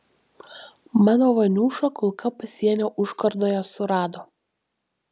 mano vaniušą kulka pasienio užkardoje surado